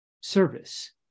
service